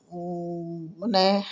মানে